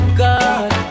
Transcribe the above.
God